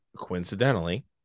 coincidentally